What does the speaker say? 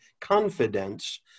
confidence